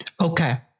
Okay